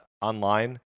online